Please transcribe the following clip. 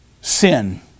sin